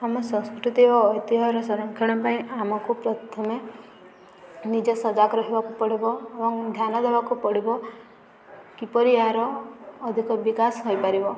ଆମ ସଂସ୍କୃତି ଓ ଐତିହ୍ୟର ସଂରକ୍ଷଣ ପାଇଁ ଆମକୁ ପ୍ରଥମେ ନିଜେ ସଜାଗ ରହିବାକୁ ପଡ଼ିବ ଏବଂ ଧ୍ୟାନ ଦେବାକୁ ପଡ଼ିବ କିପରି ଏହାର ଅଧିକ ବିକାଶ ହୋଇପାରିବ